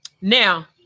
Now